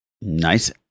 Nice